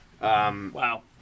Wow